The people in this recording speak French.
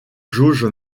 jauge